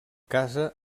casa